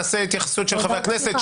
נעשה התייחסות של חברי הכנסת,